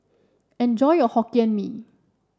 enjoy your Hokkien Mee